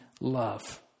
love